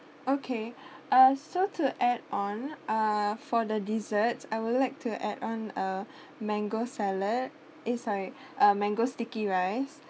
okay uh so to add on uh for the desserts I would like to add on uh mango salad eh sorry mango sticky rice